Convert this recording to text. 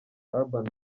urban